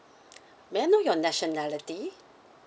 may I know your nationality